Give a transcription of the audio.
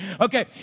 Okay